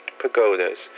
pagodas